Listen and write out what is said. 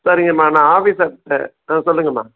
சரிங்க அம்மா நான் ஆஃபிஸர்கிட்ட ஆ சொல்லுங்க அம்மா